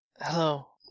Hello